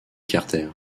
carter